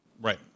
Right